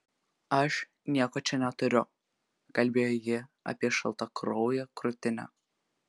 aš nieko čia neturiu kalbėjo ji apie šaltakrauję krūtinę